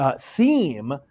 theme